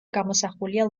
გამოსახულია